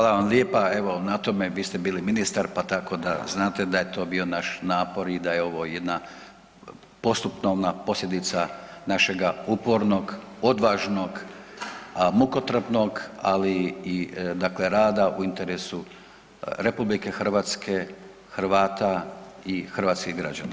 Hvala vam lijepa evo na tome, vi ste bili ministar pa tako da znate da je to bio naš napor i da je ovo jedna postupovna posljedica našeg upornog, odvažnog, mukotrpnog, ali i dakle rada u interesu RH, Hrvata i hrvatskih građana.